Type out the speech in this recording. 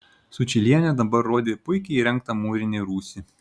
sučylienė dabar rodė puikiai įrengtą mūrinį rūsį